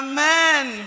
Amen